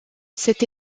cette